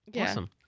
Awesome